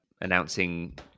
announcing